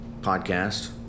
podcast